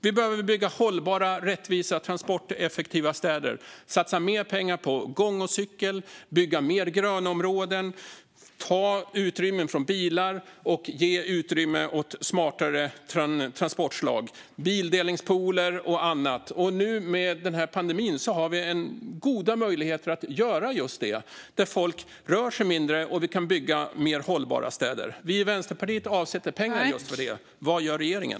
Vi behöver bygga hållbara, rättvisa, transporteffektiva städer, satsa mer pengar på gång och cykelbanor, bygga fler grönområden, ta utrymme från bilar och ge utrymme åt smartare transportslag, bildelningspooler och annat. Nu under pandemin har vi goda möjligheter att göra just det, då folk rör sig mindre och vi kan bygga mer hållbara städer. Vi i Vänsterpartiet avsätter pengar för detta. Vad gör regeringen?